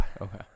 Okay